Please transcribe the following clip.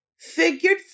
Figured